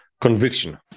conviction